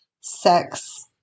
sex